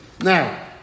Now